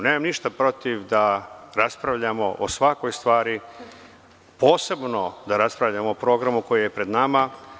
Nemam ništa protiv da raspravljamo o svakoj stvari, posebno da raspravljamo o programu koji je pred nama.